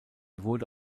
wurde